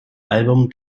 album